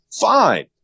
Fine